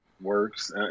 works